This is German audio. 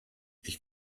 ich